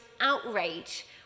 outrage